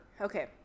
Okay